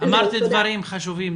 אמרת דברים חשובים.